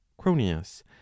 Cronius